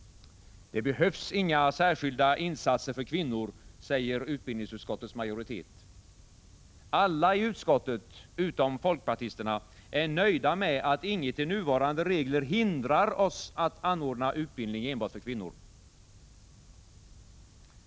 Det behövs inga särskilda insatser för kvinnor, säger utbildningsutskottets majoritet. Alla i utskottet — utom folkpartisterna — är nöjda med att inget i nuvarande regler hindrar oss att anordna utbildning enbart för kvinnor.